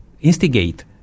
instigate